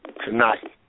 tonight